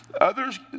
Others